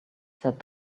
said